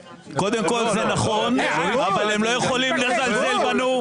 יש לך כושר נבואי, השיח בחוץ נוגע בנקודה הזאת.